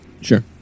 Sure